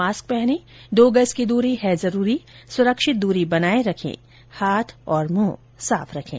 mask पहनें दो गज की दूरी है जरूरी सुरक्षित दूरी बनाए रखें हाथ और मुंह साफ रखें